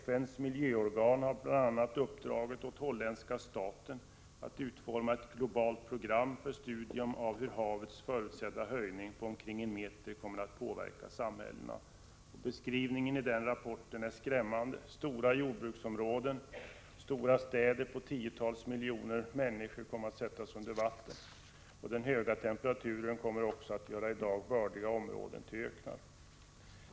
FN:s miljöorgan har bl.a. uppdragit åt holländska staten att utforma ett globalt program för studium av hur havets förutsedda höjning på omkring en meter kommer att påverka samhällena. Beskrivningen i den rapporten är | skrämmande. Stora jordbruksområden, stora städer med tiotals miljoner människor kommer att sättas under vatten. Den höga temperaturen kommer också att göra i dag bördiga områden till öknar.